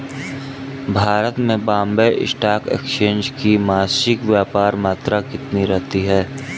भारत में Bombay stock exchange की मासिक व्यापार मात्रा कितनी रहती है?